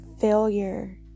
failure